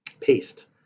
paste